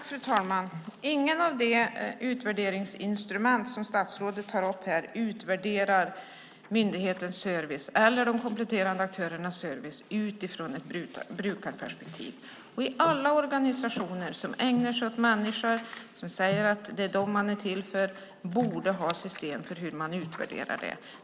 Fru talman! Inget av de utvärderingsinstrument som statsrådet tar upp här utvärderar myndighetens eller de kompletterande aktörernas service utifrån ett brukarperspektiv. Alla organisationer som ägnar sig åt människor, som säger att det är dem man är till för, borde ha ett system för hur man utvärderar servicen.